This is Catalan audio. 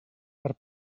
per